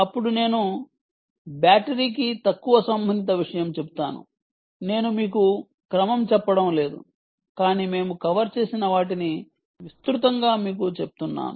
అప్పుడు నేను బ్యాటరీ లేని సంబంధిత విషయం చెబుతాను నేను మీకు క్రమం చెప్పడం లేదు కాని మేము కవర్ చేసిన వాటిని విస్తృతంగా మీకు చెప్తున్నాను